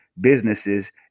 businesses